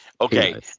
Okay